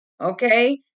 okay